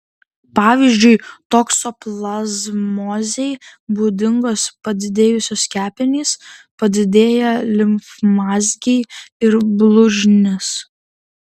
pavyzdžiui toksoplazmozei būdingos padidėjusios kepenys padidėję limfmazgiai ir blužnis